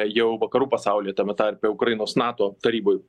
jau vakarų pasaulyje tame tarpe ukrainos nato taryboj